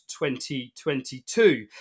2022